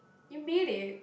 you made it